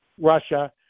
Russia